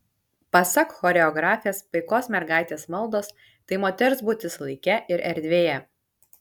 pasak choreografės paikos mergaitės maldos tai moters būtis laike ir erdvėje